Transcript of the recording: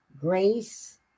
grace